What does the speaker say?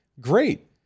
great